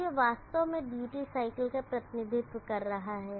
अब यह वास्तव में ड्यूटी साइकिल का प्रतिनिधित्व कर रहा है